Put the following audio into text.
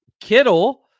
Kittle